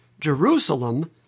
Jerusalem